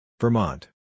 Vermont